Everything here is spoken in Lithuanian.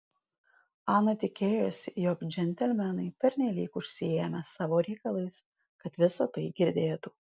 ana tikėjosi jog džentelmenai pernelyg užsiėmę savo reikalais kad visa tai girdėtų